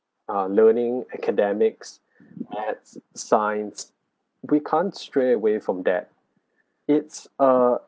ah learning academics maths science we can't stray away from that it's a